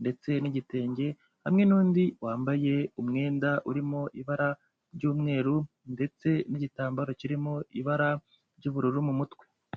ndetse n'igitenge, hamwe n'undi wambaye umwenda urimo ibara ry'umweru, ndetse n'igitambaro kirimo ibara ry'ubururu mu mutwe.